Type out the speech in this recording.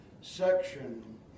section